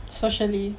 socially